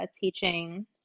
teaching